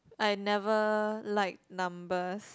I never like numbers